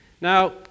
Now